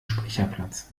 speicherplatz